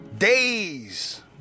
Days